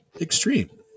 extreme